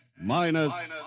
minus